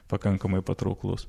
pakankamai patrauklus